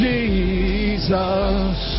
Jesus